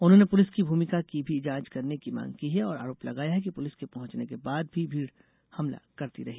उन्होंने पुलिस की भूमिका की भी जांच करने की मांग की है और आरोप लगाया है कि पुलिस के पहुँचने के बाद भी भीड़ हमला करती रही